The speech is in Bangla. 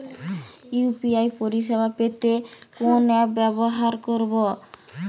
ইউ.পি.আই পরিসেবা পেতে কোন অ্যাপ ব্যবহার করতে হবে?